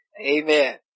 Amen